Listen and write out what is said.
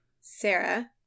Sarah